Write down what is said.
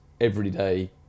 everyday